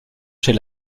chez